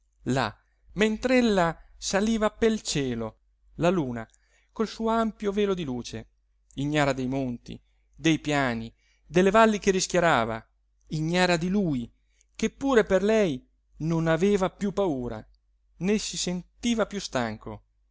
là mentr'ella saliva pel cielo la luna col suo ampio velo di luce ignara dei monti dei piani delle valli che rischiarava ignara di lui che pure per lei non aveva piú paura né si sentiva piú stanco